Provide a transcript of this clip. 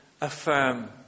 affirm